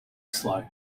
slow